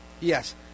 Yes